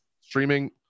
streaming